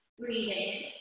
Breathing